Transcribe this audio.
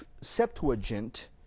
Septuagint